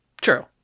True